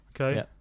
Okay